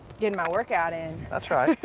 getting my workout in. that's right.